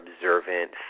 observant